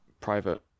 private